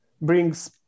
brings